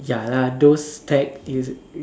ya lah those type is